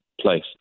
place